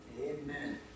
Amen